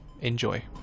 Enjoy